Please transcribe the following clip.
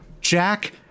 Jack